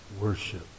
worship